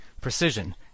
precision